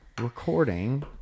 recording